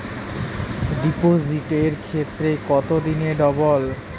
ডিপোজিটের ক্ষেত্রে কত দিনে ডবল?